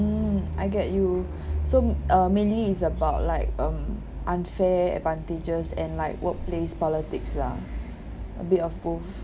mm I get you so uh mainly is about like um unfair advantages and like workplace politics lah a bit of both